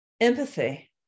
empathy